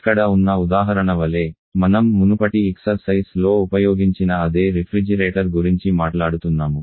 ఇక్కడ ఉన్న ఉదాహరణ వలె మనం మునుపటి అబ్యాసం లో ఉపయోగించిన అదే రిఫ్రిజిరేటర్ గురించి మాట్లాడుతున్నాము